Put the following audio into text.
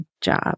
job